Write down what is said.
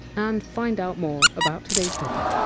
and find out more about today! s topic,